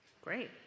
Great